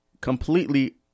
completely